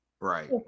Right